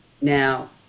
Now